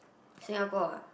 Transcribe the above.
Singapore ah